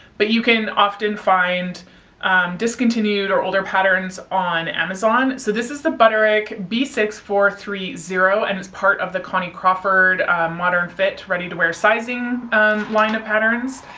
but you can often find discontinued or older patterns on amazon. so this is the butterick b six four three zero and it's part of the connie crawford modern fit ready to wear sizing line of patterns.